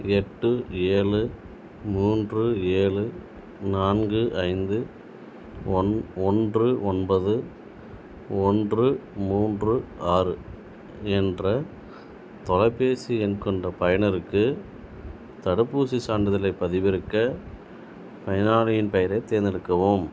எட்டு ஏழு மூன்று ஏழு நான்கு ஐந்து ஒன் ஒன்று ஒன்பது ஒன்று மூன்று ஆறு என்ற தொலைபேசி எண் கொண்ட பயனருக்கு தடுப்பூசிச் சான்றிதழைப் பதிவிறக்க பயனாளியின் பெயரைத் தேர்ந்தெடுக்கவும்